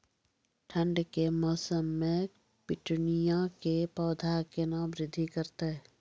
ठंड के मौसम मे पिटूनिया के पौधा केना बृद्धि करतै?